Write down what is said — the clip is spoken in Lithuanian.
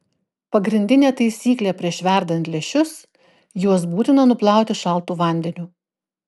pagrindinė taisyklė prieš verdant lęšius juos būtina nuplauti šaltu vandeniu